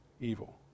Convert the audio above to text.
evil